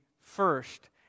first